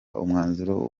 umwanzuro